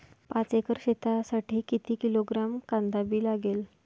पाच एकर शेतासाठी किती किलोग्रॅम कांदा बी लागेल?